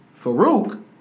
Farouk